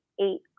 eight